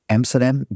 Amsterdam